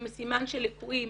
עם סימן של ליקויים.